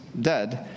dead